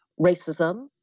racism